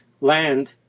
land